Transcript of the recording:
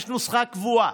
יש נוסחה קבועה,